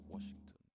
Washington